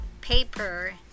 paper